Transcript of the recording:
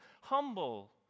humble